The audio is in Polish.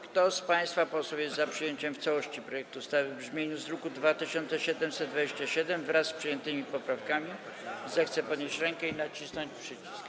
Kto z państwa posłów jest za przyjęciem w całości projektu ustawy w brzmieniu z druku nr 2727, wraz z przyjętymi poprawkami, zechce podnieść rękę i nacisnąć przycisk.